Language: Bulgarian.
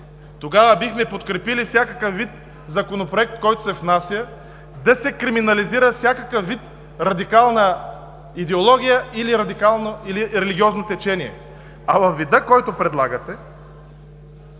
Тогава бихме подкрепили всякакъв вид Законопроект, който се внася, да се криминализира всякакъв вид радикална идеология или религиозно течение. А във вида, който предлагате